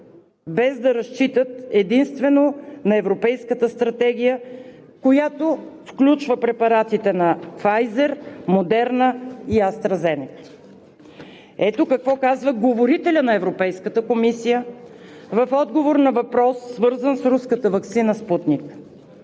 без да разчитат единствено на европейската стратегия, която включва препаратите на „Пфайзер“, „Модерна“ и „АстраЗенека“.“ Ето какво казва говорителят на Европейската комисия в отговор на въпрос, свързан с руската ваксина